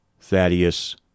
Thaddeus